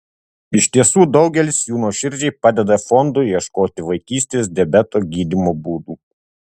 iš tiesų daugelis jų nuoširdžiai padeda fondui ieškoti vaikystės diabeto gydymo būdų